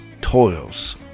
toils